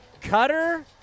cutter